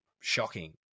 shocking